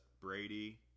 Brady